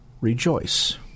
rejoice